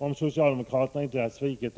Om socialdemokraterna inte hade svikit